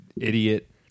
idiot